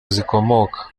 zikomoka